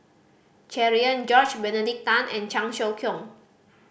Cherian George Benedict Tan and Cheong Siew Keong